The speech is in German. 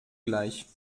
gleich